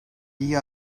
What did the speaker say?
iyi